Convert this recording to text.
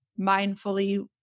mindfully